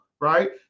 right